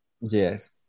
Yes